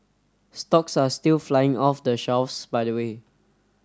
stocks are still flying off the shelves by the way